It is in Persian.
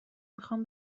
میخوام